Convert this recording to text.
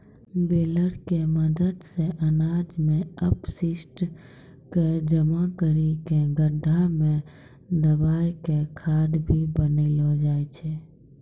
baler के मदद सॅ अनाज के अपशिष्ट क जमा करी कॅ गड्ढा मॅ दबाय क खाद भी बनैलो जाय छै